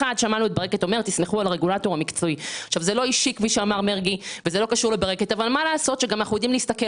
כמו שציין הממונה, אנחנו פונים לסבב